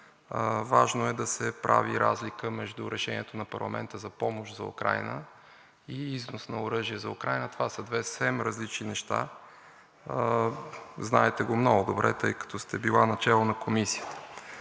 Важно е да се прави разлика между решението на парламента за помощ за Украйна и износ на оръжие за Украйна. Това са две съвсем различни неща. Знаете го много добре, тъй като сте била начело на комисия.